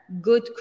good